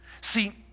See